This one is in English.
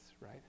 right